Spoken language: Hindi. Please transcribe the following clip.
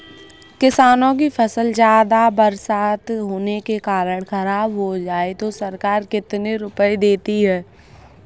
किसानों की फसल ज्यादा बरसात होने के कारण खराब हो जाए तो सरकार कितने रुपये देती है?